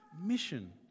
mission